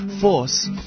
Force